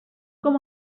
com